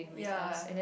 ya